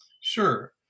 Sure